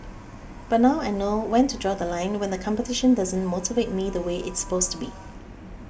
but now I know when to draw The Line when the competition doesn't motivate me the way it's supposed be